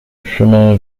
chemin